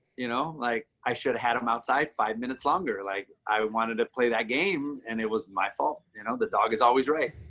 you know, like, i should have had him outside five minutes longer, like i wanted to play that game and it was my fault. you know, the dog is always right.